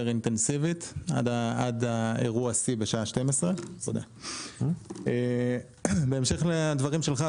אינטנסיבית עד אירוע השיא בשעה 12:00. בהמשך לדברים שלך,